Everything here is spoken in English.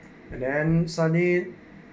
and then sunny